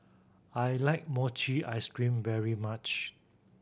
I like mochi ice cream very much